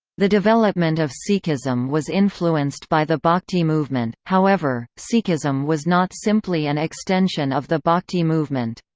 the development of sikhism was influenced by the bhakti movement however, sikhism was not simply an extension of the bhakti movement.